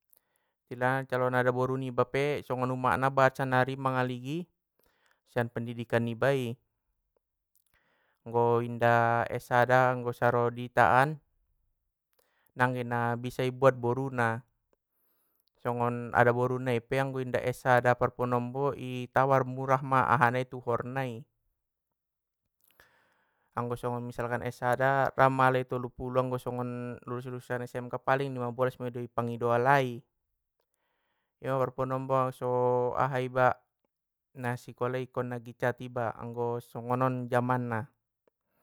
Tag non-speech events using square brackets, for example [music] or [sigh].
Istilahna calon adaboru niba pe songon umakna bahat sannari mangaligi! Sian pendidikan niba i, anggo inda es sada anggo saro i ita an, nangge na bisa i buat boruna, songon adaboru nai pe anggo inda es sada parpanombo i tawar murah ma aha nai tuhor nai. Anggo songon misalkan es sada ra ma alai tolupulu anggo songon lulus lulusan smk paling limabolas maido i pangido alai, ima manombo so [hesitation] aha iba, nasikolai kon nagitcat iba anggo songonon jaman na.